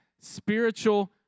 spiritual